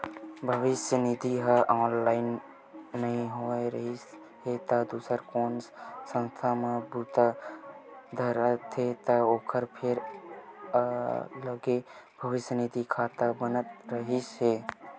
भविस्य निधि ह ऑनलाइन नइ होए रिहिस हे तब दूसर कोनो संस्था म बूता धरथे त ओखर फेर अलगे भविस्य निधि खाता बनत रिहिस हे